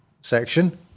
section